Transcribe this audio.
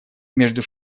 между